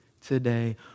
today